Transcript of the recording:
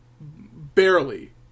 Barely